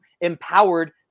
empowered